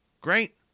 Great